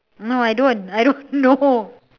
no I don't I don't know